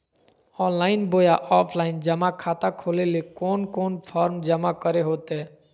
Online बोया offline जमा खाता खोले ले कोन कोन फॉर्म जमा करे होते?